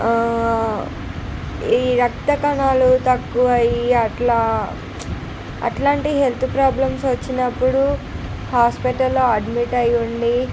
ఈ రక్తకణాలు తక్కువయ్యి అట్లా అట్లాంటే హెల్త్ ప్రాబ్లెమ్స్ వచ్చినప్పుడు హాస్పిటల్లో అడ్మిట్ అయి ఉండి